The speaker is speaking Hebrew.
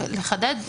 לחדד,